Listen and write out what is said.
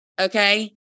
Okay